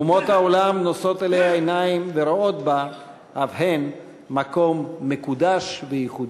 אומות העולם נושאות אליה עיניים ורואות בה אף הן מקום מקודש וייחודי.